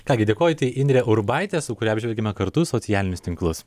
ką gi dėkoju tai indrė urbaitė su kuria apžvelgėme kartu socialinius tinklus